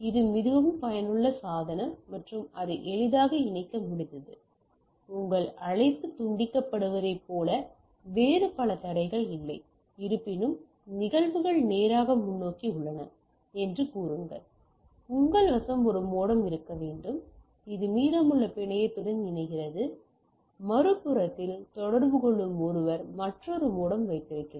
இது மிகவும் பயனுள்ள சாதனம் மற்றும் அதை எளிதாக இணைக்க முடிந்தது உங்கள் அழைப்பு துண்டிக்கப்படுவதைப் போல வேறு பல தடைகள் இல்லை உங்கள் வசம் ஒரு மோடம் இருக்க வேண்டும் இது மீதமுள்ள பிணையத்துடன் இணைகிறது மறுபுறத்தில் தொடர்பு கொள்ளும் ஒருவர் மற்றொரு மோடம் வைத்திருக்கிறார்